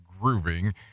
grooving